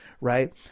right